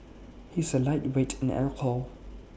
he is A lightweight in alcohol